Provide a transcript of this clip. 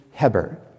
Heber